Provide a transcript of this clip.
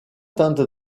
tente